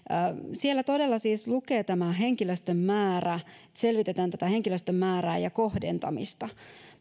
siellä todella siis lukee tämä henkilöstön määrä että selvitetään tätä henkilöstön määrää ja kohdentamista